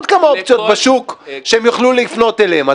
כמה אופציות בשוק שהם יוכלו לפנות אליהם,